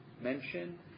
mention